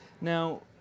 Now